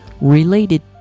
related